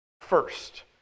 first